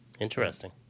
Interesting